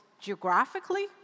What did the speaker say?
geographically